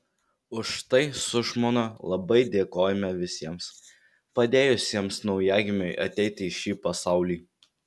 už tai su žmona labai dėkojame visiems padėjusiems naujagimiui ateiti į šį pasaulį